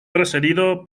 presidido